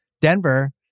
Denver